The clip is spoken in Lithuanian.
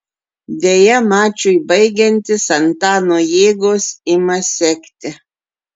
deja mačui baigiantis antano jėgos ima sekti